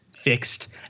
fixed